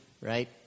right